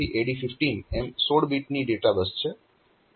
તો આ AD0 થી AD15 એમ 16 બીટની ડેટા બસ છે